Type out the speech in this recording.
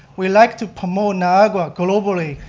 we like to promote niagara globally,